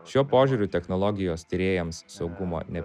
šiuo požiūriu technologijos tyrėjams saugumo ne